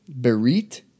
berit